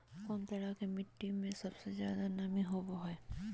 कौन तरह के मिट्टी में सबसे जादे नमी होबो हइ?